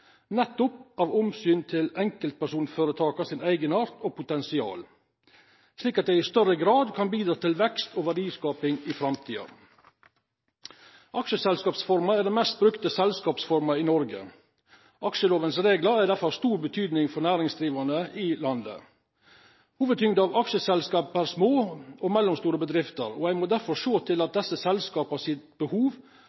nettopp av omsyn til enkeltpersonføretaka sin eigenart og deira potensial, slik at dei i større grad kan bidra til vekst og verdiskaping i framtida. Aksjeselskapsforma er den mest brukte selskapsforma i Noreg. Aksjelovens reglar er difor av stor betydning for næringsdrivande i landet. Hovudtyngda av aksjeselskapa er små og mellomstore bedrifter. Ein må difor sjå til desse selskapa sine behov og sørgja for at